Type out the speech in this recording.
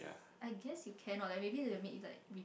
I guess you can or like maybe they will make like